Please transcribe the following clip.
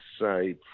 say